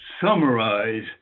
summarize